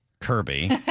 Kirby